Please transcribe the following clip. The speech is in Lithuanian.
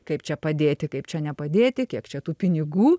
kaip čia padėti kaip čia nepadėti kiek čia tų pinigų